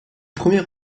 premier